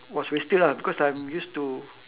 was wasted lah because I'm used to